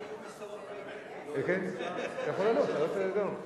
בבקשה, אדוני, תציג את ההחלטה של ועדת הכלכלה.